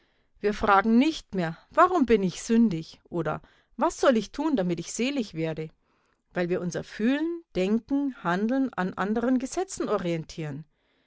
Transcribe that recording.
wir fragen nicht mehr warum bin ich sündig oder was soll ich tun damit ich seelig werde weil wir unser fühlen denken handeln an anderen gesetzen orientieren